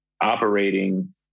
operating